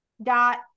dot